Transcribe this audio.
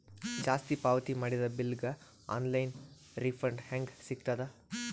ಜಾಸ್ತಿ ಪಾವತಿ ಮಾಡಿದ ಬಿಲ್ ಗ ಆನ್ ಲೈನ್ ರಿಫಂಡ ಹೇಂಗ ಸಿಗತದ?